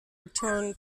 return